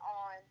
on